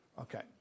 Okay